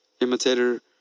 imitator